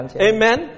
Amen